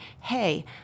hey